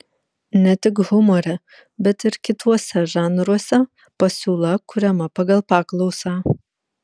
ne tik humore bet ir kituose žanruose pasiūla kuriama pagal paklausą